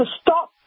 stop